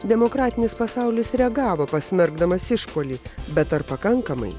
demokratinis pasaulis reagavo pasmerkdamas išpuolį bet ar pakankamai